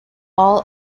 all